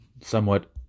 somewhat